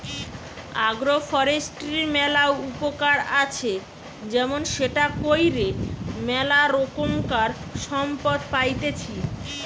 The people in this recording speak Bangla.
আগ্রো ফরেষ্ট্রীর ম্যালা উপকার আছে যেমন সেটা কইরে ম্যালা রোকমকার সম্পদ পাইতেছি